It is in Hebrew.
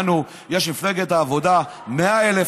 יש למפלגת העבודה 100,000,